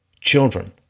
children